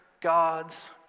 God's